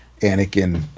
Anakin